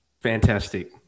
fantastic